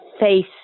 face